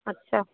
अच्छा